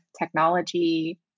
technology